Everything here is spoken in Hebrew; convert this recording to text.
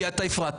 כי אתה הפרעת.